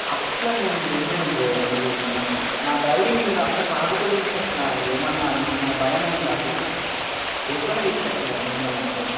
అట్ల నేను చెయ్యను బ్రో మీరు నా నా డ్రైవింగ్ మీరంత ట్రాఫిక్లో తీసుకు వచ్చిన ఏమన్న మీకు ఏమన్న భయం అయిందా అసలకి సేఫ్ గా తీసుకు వచ్చిన కదా మిమ్మల్ని అయితే